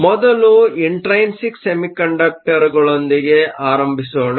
ಮೊದಲು intrinsic semiconductor ಗಳೊಂದಿಗೆ ಆರಂಭಿಸೋಣ